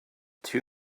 two